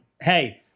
hey